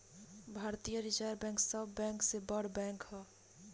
भारतीय Reserve Bank सब bank से बड़ बैंक ह